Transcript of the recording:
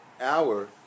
hour